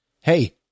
hey